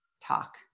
talk